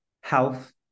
health